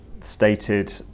stated